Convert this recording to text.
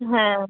হ্যাঁ